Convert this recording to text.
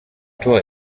tour